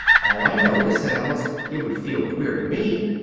all i know is, said alice, it would feel queer to me.